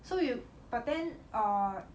so you but then err